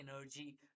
energy